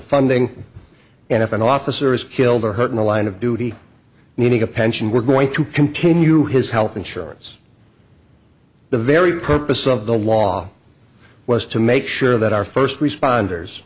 funding and if an officer is killed or hurt in the line of duty needing a pension we're going to continue his health insurance the very purpose of the law was to make sure that our first responders